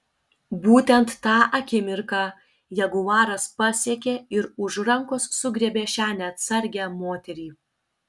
būtent tą akimirką jaguaras pasiekė ir už rankos sugriebė šią neatsargią moterį